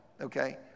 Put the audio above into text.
okay